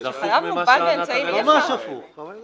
זה הפוך ממה שענת אמרה.